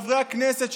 חברי הכנסת,